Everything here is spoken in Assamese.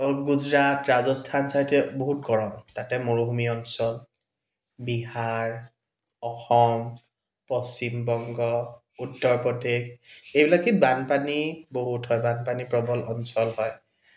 গুজৰাট ৰাজস্থান ছাইডে বহুত গৰম তাতে মৰুভূমি অঞ্চল বিহাৰ অসম পশ্চিমবংগ উত্তৰপ্ৰদেশ এইবিলাক কি বানপানী বহুত হয় বানপানী প্ৰবল অঞ্চল হয়